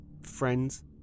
Friends